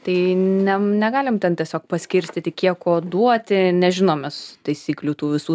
tai ne negalim ten tiesiog paskirstyti kiek ko duoti nežinom mes taisyklių tų visų